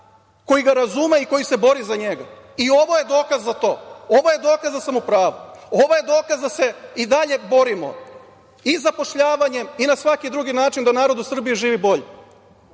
koji ga razume i koji se bori za njega. Ovo je dokaz za to. Ovo je dokaz da sam u pravu. Ovo je dokaz da se i dalje borimo i zapošljavanjem i na svaki drugi način da narod u Srbiji živi bolje. Zato